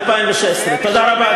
2016. תודה רבה,